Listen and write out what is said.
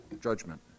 judgment